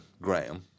Graham